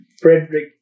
Frederick